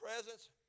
presence